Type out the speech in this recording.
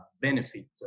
benefit